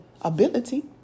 ability